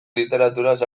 literaturaz